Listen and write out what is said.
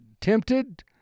tempted